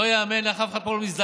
לא ייאמן איך אף אחד פה לא מזדעזע.